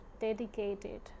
dedicated